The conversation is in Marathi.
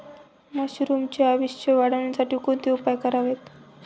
मशरुमचे आयुष्य वाढवण्यासाठी कोणते उपाय करावेत?